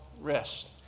rest